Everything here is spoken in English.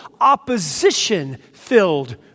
opposition-filled